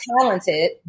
talented